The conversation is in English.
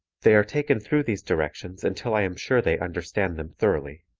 they are taken through these directions until i am sure they understand them thoroughly.